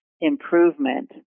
improvement